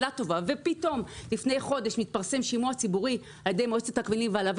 ופתאום לפני חודש מתפרסם שימוע ציבורי על ידי מועצת הכבלים והלוויין.